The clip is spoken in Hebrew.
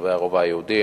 תושבי הרובע היהודי,